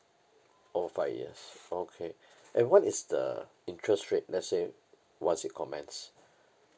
oh five years okay and what is the interest rate let's say once it commence